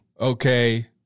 okay